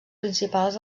principals